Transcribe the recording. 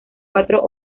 cuatro